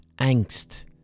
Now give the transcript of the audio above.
angst